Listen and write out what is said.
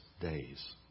days